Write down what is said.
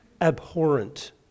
Abhorrent